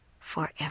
forever